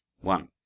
one